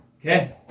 Okay